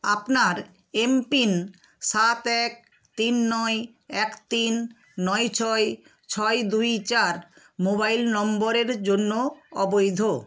আপনার এমপিন সাত এক তিন নয় এক তিন নয় ছয় ছয় দুই চার মোবাইল নম্বরের জন্য অবৈধ